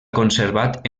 conservat